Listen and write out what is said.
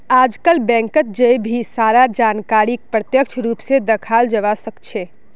आजकल बैंकत जय भी सारा जानकारीक प्रत्यक्ष रूप से दखाल जवा सक्छे